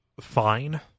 fine